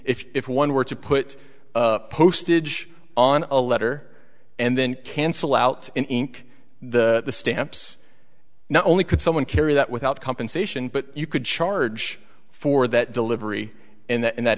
including if one were to put a postage on a letter and then cancel out in ink the stamps not only could someone carry that without compensation but you could charge for that delivery in that